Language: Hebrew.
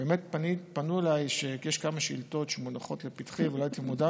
באמת פנו אליי ואמרו שיש כמה שאילתות שמונחות לפתחי,